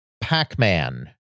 Pac-Man